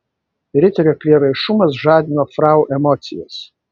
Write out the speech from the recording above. riterio prieraišumas žadino frau emocijas